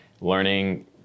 learning